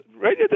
right